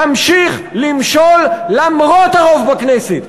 תמשיך למשול למרות הרוב בכנסת,